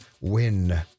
win